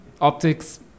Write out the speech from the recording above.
optics